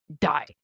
die